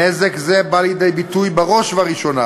נזק זה בא לידי ביטוי בראש ובראשונה